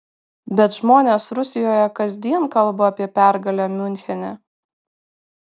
bet žmonės rusijoje kasdien kalba apie pergalę miunchene